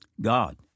God